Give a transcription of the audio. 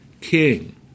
king